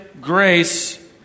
grace